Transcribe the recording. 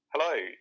Hello